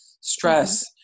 Stress